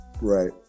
Right